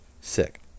Sick